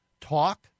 talk